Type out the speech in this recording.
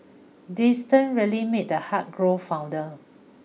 distance really made the heart grow fonder